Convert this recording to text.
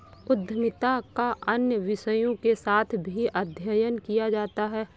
उद्यमिता का अन्य विषयों के साथ भी अध्ययन किया जाता है